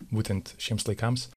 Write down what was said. būtent šiems laikams